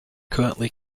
currently